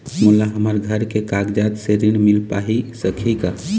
मोला हमर घर के कागजात से ऋण मिल सकही का?